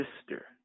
sister